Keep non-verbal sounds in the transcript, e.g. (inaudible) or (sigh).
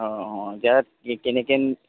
অঁ অঁ অঁ (unintelligible) কেনেকেন